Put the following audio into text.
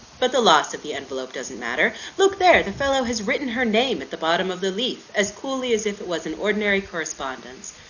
but the loss of the envelope doesn't matter. look there the fellow has written her name at the bottom of the leaf as coolly as if it was an ordinary correspondence.